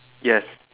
yes